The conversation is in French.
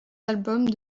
albums